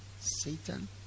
satan